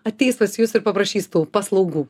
ateis pas jus ir paprašys tų paslaugų